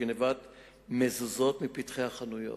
בנושא: גנבת מזוזות מפתחי חנויות.